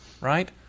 right